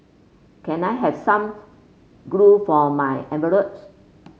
can I have some glue for my envelopes